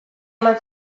eman